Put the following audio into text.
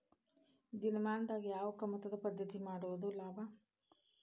ಇಂದಿನ ದಿನಮಾನದಾಗ ಯಾವ ಕಮತದ ಪದ್ಧತಿ ಮಾಡುದ ಲಾಭ?